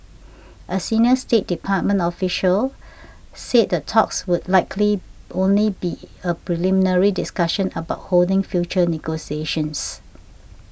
a senior State Department official said the talks would likely only be a preliminary discussion about holding future negotiations